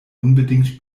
unbedingt